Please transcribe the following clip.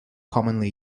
commonly